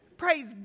Praise